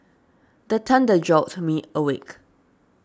the thunder jolt me awake